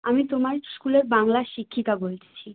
আমি তোমার স্কুলের বাংলার শিক্ষিকা বলছি